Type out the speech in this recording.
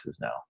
now